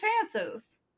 chances